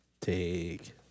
take